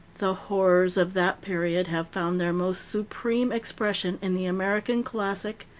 the horrors of that period have found their most supreme expression in the american classic,